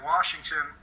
Washington